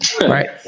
Right